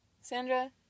Sandra